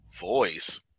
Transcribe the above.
voice